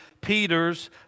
Peter's